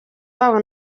babo